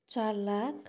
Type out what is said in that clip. चार लाख